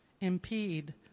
impede